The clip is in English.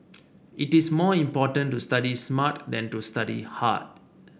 it is more important to study smart than to study hard